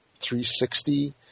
360